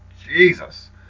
Jesus